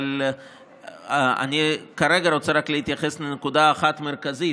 אבל כרגע אני רוצה רק להתייחס לנקודה אחת מרכזית.